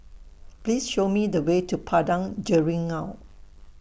Please Show Me The Way to Padang Jeringau